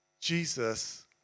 Jesus